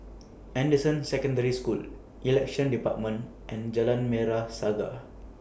Anderson Secondary School Elections department and Jalan Merah Saga